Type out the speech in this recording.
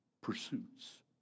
pursuits